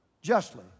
justly